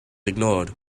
ignored